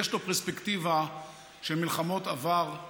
יש לו פרספקטיבה של מלחמות עבר,